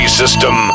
system